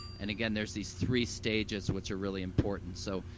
and again, there's these three stages, which are really important. so,